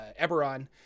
eberron